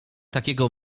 takiego